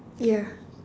ya